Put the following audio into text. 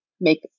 make